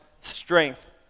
strength